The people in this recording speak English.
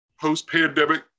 post-pandemic